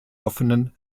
offenen